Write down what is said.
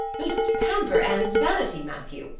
you'll just pamper anne's vanity, matthew,